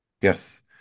Yes